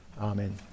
amen